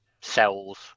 cells